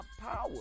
power